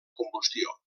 combustió